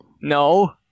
No